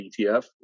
etf